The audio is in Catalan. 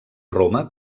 roma